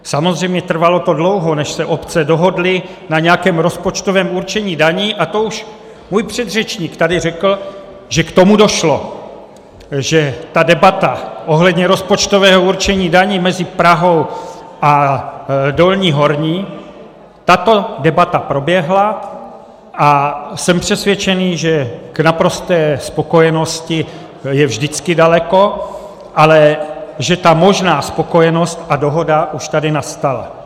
Samozřejmě trvalo to dlouho, než se obce dohodly na nějakém rozpočtovém určení daní, a to už můj předřečník tady řekl, že k tomu došlo, že ta debata ohledně rozpočtového určení daní mezi Prahou a Horní Dolní proběhla a jsem přesvědčený, že k naprosté spokojenosti je vždycky daleko, ale že ta možná spokojenost a dohoda už tady nastala.